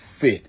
fit